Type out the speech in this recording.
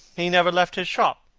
he never left his shop.